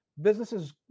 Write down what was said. Businesses